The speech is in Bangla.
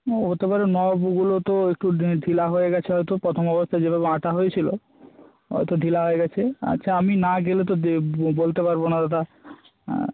হতে পারে নবগুলো তো একটু ঢি ঢিলা হয়ে গেছে হয়তো পথোম অবস্থায় যেভাবে আটা হয়ে ছিলো হয়তো ঢিলা হয়ে গেছে আচ্ছা আমি না গেলে তো দে দে বলতে পারবো না ওটা হ্যাঁ